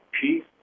Peace